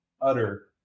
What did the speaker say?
utter